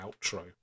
outro